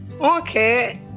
okay